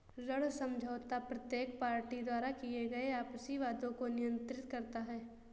ऋण समझौता प्रत्येक पार्टी द्वारा किए गए आपसी वादों को नियंत्रित करता है